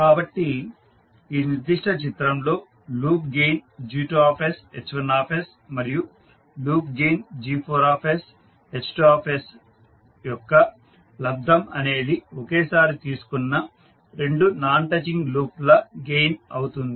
కాబట్టి ఈ నిర్దిష్ట చిత్రంలో లూప్ గెయిన్ G2 H1 మరియు లూప్ గెయిన్ G4 H2 యొక్క లబ్దం అనేది ఒకేసారి తీసుకున్న రెండు నాన్ టచింగ్ లూప్ల గెయిన్ అవుతుంది